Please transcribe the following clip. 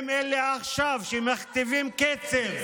הם אלה שעכשיו מכתיבים קצב.